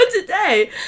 today